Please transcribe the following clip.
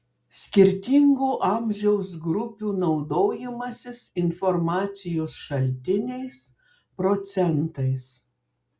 skirtingų amžiaus grupių naudojimasis informacijos šaltiniais procentais